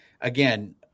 again